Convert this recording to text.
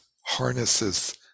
harnesses